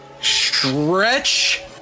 stretch